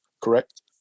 correct